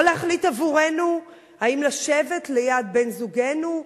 לא להחליט עבורנו אם לשבת ליד בן-זוגנו,